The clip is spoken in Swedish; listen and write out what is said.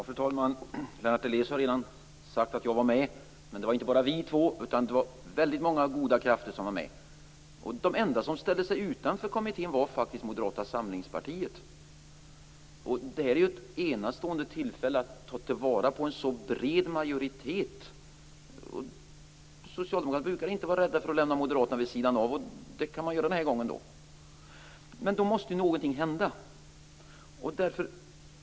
Fru talman! Lennart Daléus har redan sagt att jag var med i Skatteväxlingskommittén, men det var inte bara vi två, utan det var väldigt många goda krafter som var med. De enda som ställde sig utanför kommittén var faktiskt Moderata samlingspartiet. Det här är ett enastående tillfälle att ta vara på en så bred majoritet. Socialdemokraterna brukar inte vara rädda för att lämna moderaterna vid sidan av, och det kan man göra den här gången. Då måste någonting hända.